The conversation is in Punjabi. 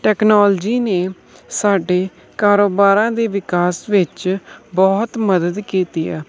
ਟੈਕਨੋਲਜੀ ਨੇ ਸਾਡੇ ਕਾਰੋਬਾਰਾਂ ਦੇ ਵਿਕਾਸ ਵਿੱਚ ਬਹੁਤ ਮਦਦ ਕੀਤੀ ਆ